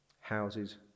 houses